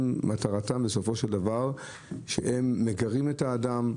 שמטרתם לגרות את האדם,